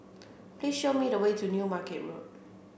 please show me the way to New Market Road